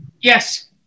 Yes